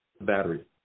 battery